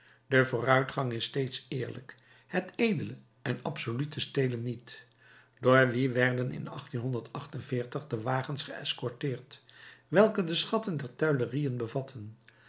de vooruitgang is steeds eerlijk het edele en absolute stelen niet door wie werden in de wagens geëscorteerd welke de schatten der tuilerieën bevatten